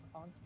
on